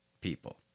people